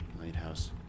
Lighthouse